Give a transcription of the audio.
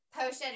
potion